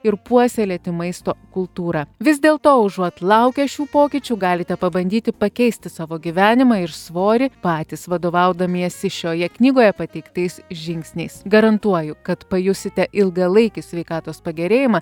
ir puoselėti maisto kultūrą vis dėlto užuot laukę šių pokyčių galite pabandyti pakeisti savo gyvenimą ir svorį patys vadovaudamiesi šioje knygoje pateiktais žingsniais garantuoju kad pajusite ilgalaikį sveikatos pagerėjimą